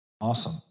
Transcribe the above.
Awesome